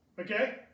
Okay